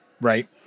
Right